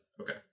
Okay